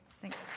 Thanks